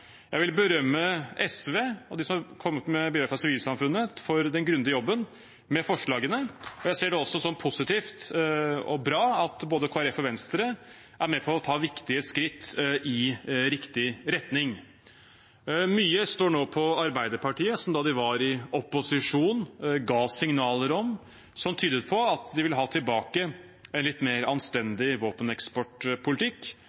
Jeg vil berømme SV, og de som har kommet med bidrag fra sivilsamfunnet, for den grundige jobben med forslagene. Jeg ser det også som positivt og bra at både Kristelig Folkeparti og Venstre er med på å ta viktige skritt i riktig retning. Mye står nå på Arbeiderpartiet, som da de var i opposisjon ga signaler som tydet på at de vil ha tilbake en litt mer